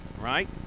right